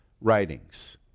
writings